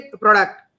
product